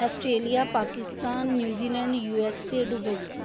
Australia Pakistan New Zealand USA Dubai